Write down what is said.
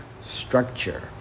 structure